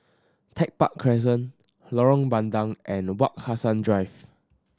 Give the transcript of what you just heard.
Tech Park Crescent Lorong Bandang and Wak Hassan Drive